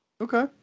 Okay